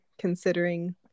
considering